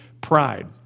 pride